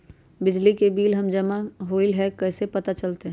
बिजली के बिल जमा होईल ई कैसे पता चलतै?